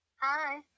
hi